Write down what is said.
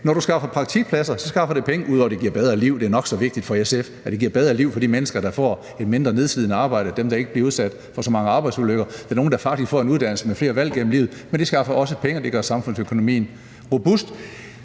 Når du skaffer praktikpladser, skaffer det penge, ud over at det giver bedre liv. Og det er nok så vigtigt for SF, at det giver et bedre liv for de mennesker, der får et mindre nedslidende arbejde, og ikke bliver udsat for så mange arbejdsulykker, og som faktisk får en uddannelse og flere valg igennem livet. Men det skaffer også penge, og det gør samfundsøkonomien robust.